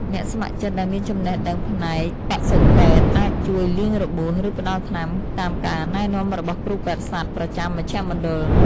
អ្នកស្ម័គ្រចិត្តដែលមានចំណេះដឹងផ្នែកបសុពេទ្យ អាចជួយលាងរបួស ឬផ្ដល់ថ្នាំតាមការណែនាំរបស់គ្រូពេទ្យសត្វប្រចាំមជ្ឈមណ្ឌល។